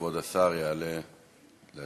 כבוד השר יעלה להשיב.